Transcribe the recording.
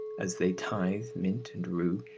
as they tithe mint and rue,